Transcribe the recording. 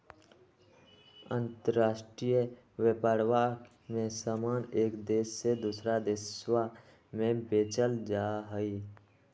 अंतराष्ट्रीय व्यापरवा में समान एक देश से दूसरा देशवा में बेचल जाहई